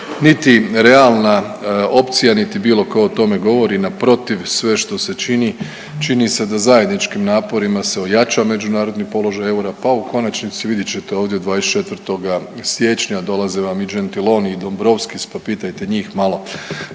niti realna opcija niti bilo tko o tome govori. Naprotiv, sve što se čini, čini se da zajedničkim naporima se ojača međunarodni položaj eura pa u konačnici, vidjet ćete ovdje 24. siječnja, dolaze vam i Gentiloni i Dombrovskis pa pitajte njih malo